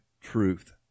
truth